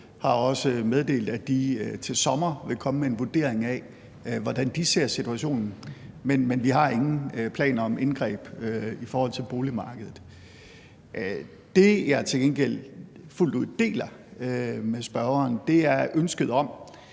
har også meddelt, at de til sommer vil komme med en vurdering af, hvordan de ser situationen. Men vi har ingen planer om indgreb i forhold til boligmarkedet. Det, jeg til gengæld fuldt ud deler med spørgeren, er ønsket om,